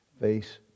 face